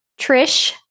Trish